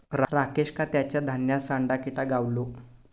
राकेशका तेच्या धान्यात सांडा किटा गावलो